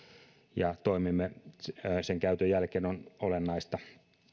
ja toimimme sen käytön jälkeen on olennaista